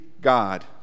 God